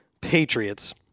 Patriots